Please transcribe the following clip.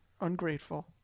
Ungrateful